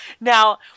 now